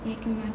एक मिनट